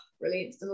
brilliant